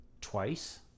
Twice